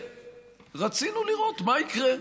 ורצינו לראות מה יקרה.